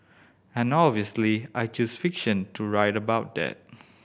and obviously I choose fiction to write about that